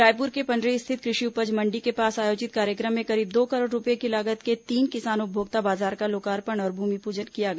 रायपुर के पंडरी स्थित कृषि उपज मंडी के पास आयोजित कार्यक्रम में करीब दो करोड़ रूपये की लागत के तीन किसान उपभोक्ता बाजार का लोकार्पण और भूमिपूजन किया गया